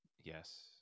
Yes